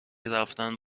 رفتن